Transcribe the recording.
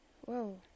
Whoa